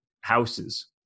houses